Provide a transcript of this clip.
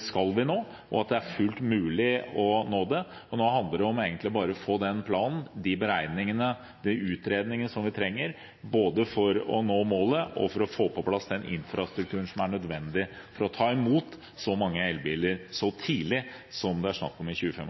skal nå dem, og at det er fullt mulig å nå dem. Nå handler det egentlig bare om å få den planen, de beregningene og de utredningene vi trenger for både å nå målet og få på plass infrastrukturen som er nødvendig for å ta imot så mange elbiler så tidlig som i 2025.